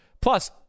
Plus